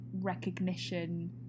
Recognition